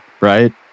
right